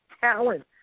talent